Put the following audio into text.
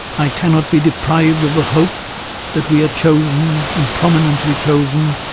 i cannot be deprived of the hope that we are chosen, and prominently chosen,